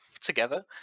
together